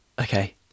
Okay